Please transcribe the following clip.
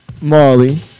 Marley